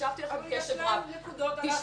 והקשבתי לכם קשב רב -- אבל יש להן נקודות על האכיפה.